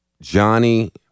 Johnny